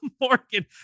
morgan